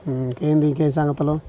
ఆ ఇంకేంటి సంగతులు